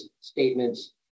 statements